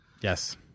Yes